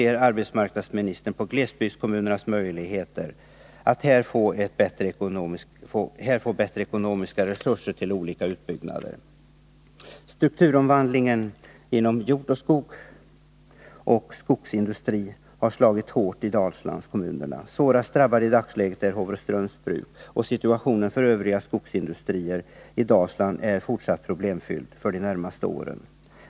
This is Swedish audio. Hur ser arbetsmarknadsministern på glesbygdskommunernas möjligheter att här få bättre ekonomiska resurser till olika utbyggnader? Strukturomvandlingen inom jordbruk, skogsbruk och skogsindustri har slagit hårt i Dalslandskommunerna. Svårast drabbat i dagsläget är Håvreströms Bruk, och situationen för övriga skogsindustrier i Dalsland är fortsatt problemfylld för de närmaste åren.